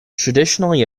traditionally